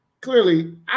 clearly